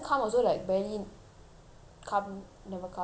come never come not a big deal also